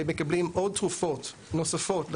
ומקבלים עוד תרופות נוספות לכך,